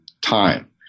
time